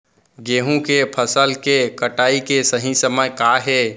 गेहूँ के फसल के कटाई के सही समय का हे?